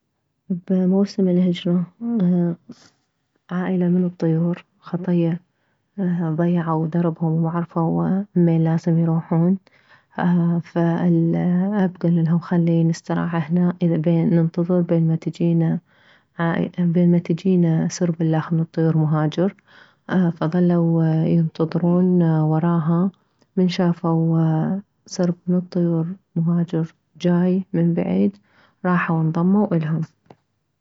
بموسم الهجرة عائلة من الطيور خطية ضيعو دربهم ما عرفو منين لازم يروحون فالاب كللهم خلي نستراح هنا اذا بين ما ننتظر بين ما تجينا ماتجينا سرب الخ مهاجر فظلوا ينتظرون وراها من شافو سرب من الطيور مهاجر جاي من بعيد راحو انضمو الهم